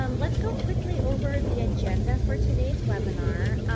um let's go quickly over the agenda for today's webinar.